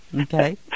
Okay